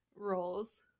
roles